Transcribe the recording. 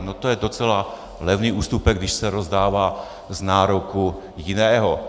No to je docela levný ústupek, když se rozdává z nároku jiného.